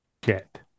get